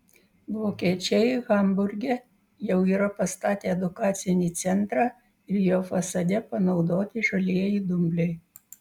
vokiečiai hamburge jau yra pastatę edukacinį centrą ir jo fasade panaudoti žalieji dumbliai